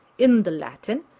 in the latin,